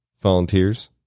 Volunteers